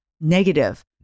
negative